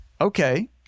Okay